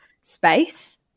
space